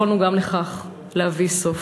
יכולנו גם לכך להביא סוף.